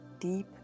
deep